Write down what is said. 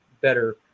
better